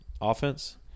Offense